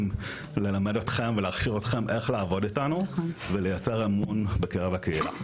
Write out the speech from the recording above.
ללמד אתכם ולהכשיר אתכם איך לעבוד איתנו ולייצר אמון בקרב בקהילה.